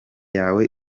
yawe